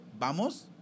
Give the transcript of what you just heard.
vamos